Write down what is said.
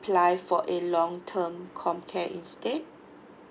apply for a long term homecare instead